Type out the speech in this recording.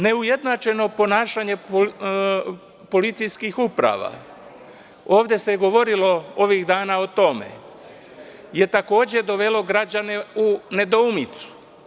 Neujednačeno ponašanje policijskih uprava, ovde se govorilo ovih dana o tome, takođe je dovelo građane u nedoumicu.